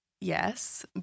yes